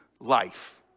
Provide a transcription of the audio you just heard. life